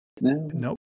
nope